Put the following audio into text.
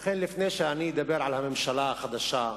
לכן, לפני שאני אדבר על הממשלה החדשה,